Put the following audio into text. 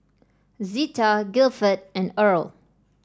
Zetta Gilford and Earle